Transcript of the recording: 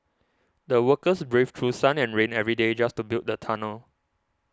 the workers braved through sun and rain every day just to build the tunnel